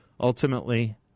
ultimately